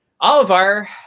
Oliver